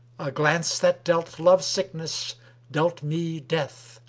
a glance that dealt love-sickness dealt me death,